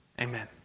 Amen